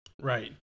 Right